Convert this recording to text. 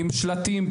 עם שלטים,